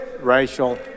racial